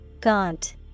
Gaunt